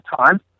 time